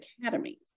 academies